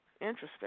Interesting